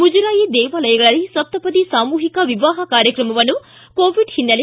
ಮುಜರಾಯಿ ದೇವಾಲಯಗಳಲ್ಲಿ ಸಪ್ತಪದಿ ಸಾಮೂಹಿಕ ವಿವಾಹ ಕಾರ್ಯಕ್ರಮವನ್ನು ಕೋವಿಡ್ ಹಿನ್ನೆಲೆ